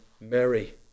Mary